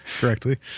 correctly